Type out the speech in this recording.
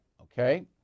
Okay